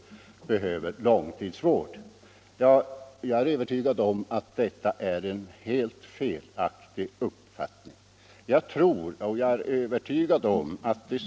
Jag för min del är övertygad om att detta är en helt felaktig uppfattning.